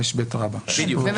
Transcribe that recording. בדיוק.